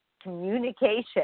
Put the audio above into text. communication